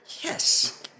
Yes